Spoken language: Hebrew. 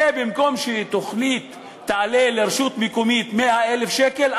ובמקום שתוכנית תעלה לרשות מקומית 100,000 שקל,